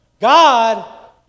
God